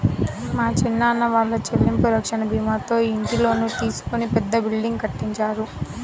మా చిన్నాన్న వాళ్ళు చెల్లింపు రక్షణ భీమాతో ఇంటి లోను తీసుకొని పెద్ద బిల్డింగ్ కట్టించారు